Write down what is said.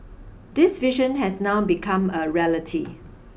this vision has now become a reality